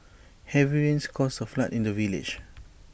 heavy rains caused A flood in the village